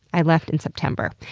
i left in september.